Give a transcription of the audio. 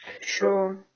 Sure